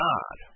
God